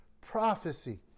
Prophecy